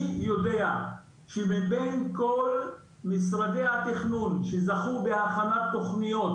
אני יודע שמבין כל משרדי התכנון שזכו בהכנת תכניות